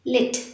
Lit